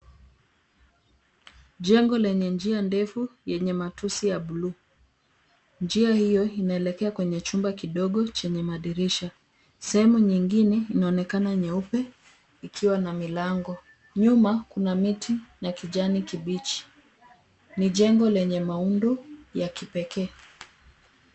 Jengo lenye njia ndefu yenye matusi ya buluu. Njia hiyo inaelekea kwenye chumba kidogo chenye madirisha. Sehemu nyingine inaonekana nyeupe ikiwa na milango. Nyuma, kuna miti na kijani kibichi. Ni jengo lenye maundo ya kipekee.